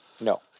No